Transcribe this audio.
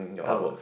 oh